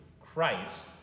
Christ